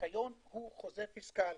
הזיכיון הוא חוזה פיסקלי,